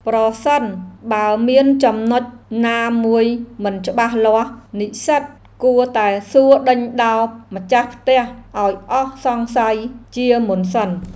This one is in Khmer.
ប្រសិនបើមានចំណុចណាមួយមិនច្បាស់លាស់ និស្សិតគួរតែសួរដេញដោលម្ចាស់ផ្ទះឱ្យអស់សង្ស័យជាមុនសិន។